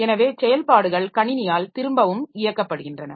எனவே செயல்பாடுகள் கணினியால் திரும்பவும் இயக்கப்படுகின்றன